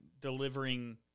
delivering